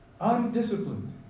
Undisciplined